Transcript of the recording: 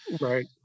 Right